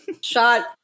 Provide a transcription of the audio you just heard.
Shot